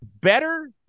better